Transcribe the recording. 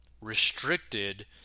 restricted